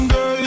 Girl